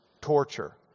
torture